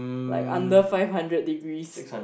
like under five hundred degrees